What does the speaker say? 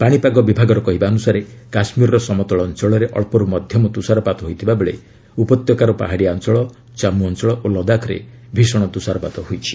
ପାଣିପାଗ ବିଭାଗର କହିବା ଅନ୍ଦସାରେ କାଶୁୀରର ସମତଳ ଅଞ୍ଚଳରେ ଅକ୍ଷର୍ତ ମଧ୍ୟମ ତୁଷାରପାତ ହୋଇଥିବାବେଳେ ଉପତ୍ୟକାର ପାହାଡ଼ିଆ ଅଞ୍ଚଳ ଜମ୍ମୁ ଅଞ୍ଚଳ ଓ ଲଦାଖରେ ଭୀଷଣ ତ୍ରୁଷାରପାତ ହୋଇଛି